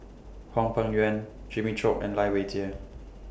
Hwang Peng Yuan Jimmy Chok and Lai Weijie